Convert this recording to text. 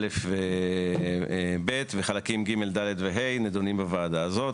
א' ו-ב' וחלקים ג', ד' ו-ה' נידונים בוועדה הזאת.